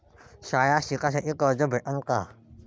शाळा शिकासाठी कर्ज भेटन का?